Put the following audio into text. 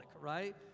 right